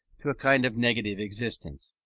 to a kind of negative existence.